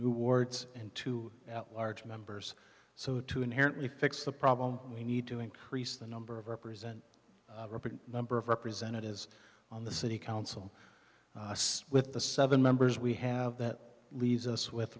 new wards in two at large members so to inherently fix the problem we need to increase the number of represent the number of representatives on the city council with the seven members we have that leaves us with